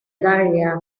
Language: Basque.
eragileak